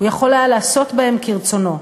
יכול היה לעשות בהן כרצונו.